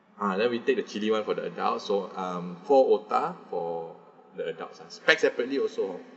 ah then we take the chili [one] for the adults so um four otah for the adults ah packs separately also